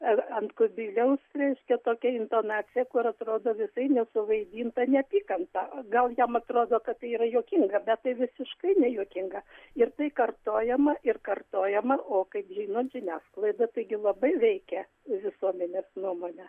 ar ant kubiliaus reiškia tokia intonacija kur atrodo visai nesuvaidinta neapykanta o gal jam atrodo kad tai yra juokinga bet tai visiškai nejuokinga ir tai kartojama ir kartojama o kaip žinot žiniasklaida taigi labai veikia visuomenės nuomonę